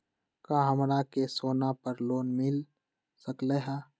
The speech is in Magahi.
का हमरा के सोना पर लोन मिल सकलई ह?